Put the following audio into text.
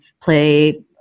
play